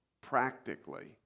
practically